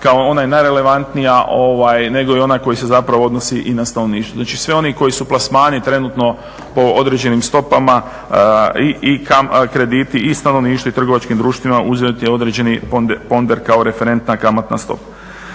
kao ona je relevantnija nego i ona koja se zapravo odnosi i na stanovništvo. Znači svi oni koji su plasmani trenutno po određenim stopama i krediti i stanovništvo i trgovačkim društvima uzeti određeni ponder kao referentna kamatna stopa.